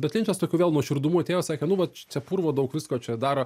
bet linčas tokiu vėl nuoširdumu atėjo sakė nu vat čia purvo daug visko čia dar